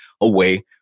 away